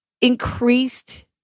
increased